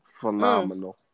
Phenomenal